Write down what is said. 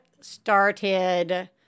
started